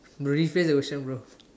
rephrase the question bro